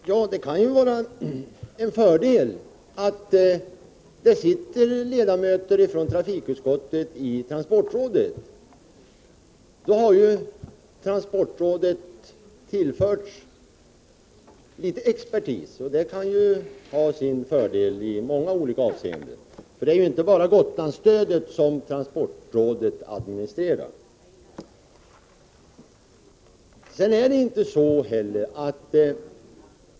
Herr talman! Det kan ju vara en fördel att det sitter ledamöter från trafikutskottet i transportrådet. På så sätt har transportrådet tillförts litet expertis, och det kan vara till nytta i många olika avseenden, för det är ju inte bara Gotlandsstödet som transportrådet administrerar.